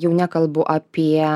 jau nekalbu apie